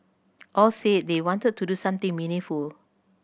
all said they wanted to do something meaningful